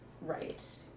Right